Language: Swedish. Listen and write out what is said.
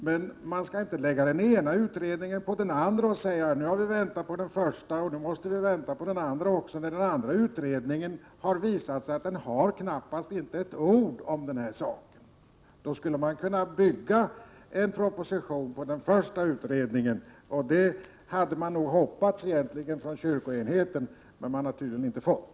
Men man skall inte lägga den ena utredningen till den andra och säga: Nu har vi väntat på den första, och då måste vi också vänta på den andra — när det har visat sig att den andra utredningen knappast med ett ord kommer att beröra den här frågan. Man skulle under sådana förhållanden kunna bygga en proposition på den första utredningen, och det hade man på kyrkoenheten nog egentligen hoppats på men tydligen inte fått.